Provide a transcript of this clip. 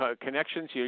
connections